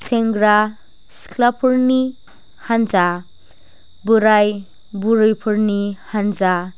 सेंग्रा सिख्लाफोरनि हानजा बोराइ बुरैफोरनि हानजा